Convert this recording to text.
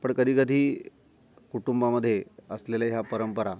पण कधी कधी कुटुंबामध्ये असलेल्या ह्या परंपरा